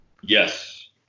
Yes